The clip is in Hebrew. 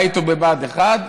היה איתו בבה"ד 1,